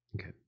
Okay